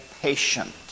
patient